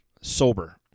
Sober